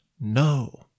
No